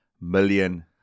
million